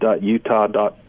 Utah